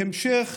בהמשך